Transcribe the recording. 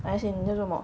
as in 你在做么